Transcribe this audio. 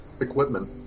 equipment